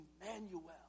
Emmanuel